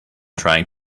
trying